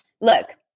Look